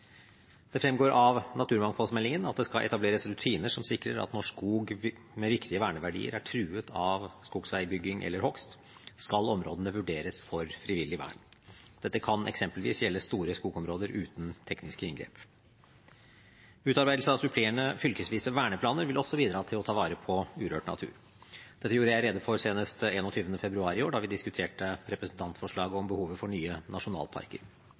Det fremgår av naturmangfoldmeldingen at det skal etableres rutiner som sikrer at når norsk skog med viktige verneverdier er truet av skogsveibygging eller hogst, skal områdene vurderes for frivillig vern. Dette kan eksempelvis gjelde store skogområder uten tekniske inngrep. Utarbeidelse av supplerende, fylkesvise verneplaner vil også bidra til å ta vare på urørt natur. Dette gjorde jeg rede for senest 21. februar i år, da vi diskuterte representantforslaget om behovet for nye nasjonalparker.